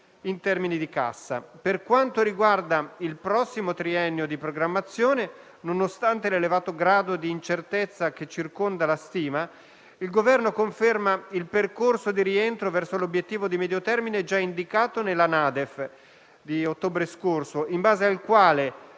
Per quanto riguarda il prossimo triennio di programmazione, nonostante l'elevato grado di incertezza che circonda la stima, il Governo conferma il percorso di rientro verso l'obiettivo di medio termine, già indicato nella NADEF di ottobre scorso, in base al quale